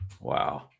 Wow